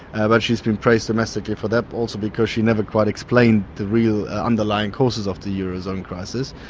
ah but she has been praised domestically for that, also because she never quite explained the real underlying causes of the eurozone crisis.